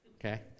Okay